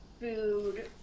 food